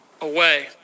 away